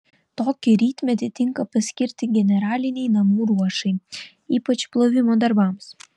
tokį rytmetį tinka paskirti generalinei namų ruošai ypač plovimo darbams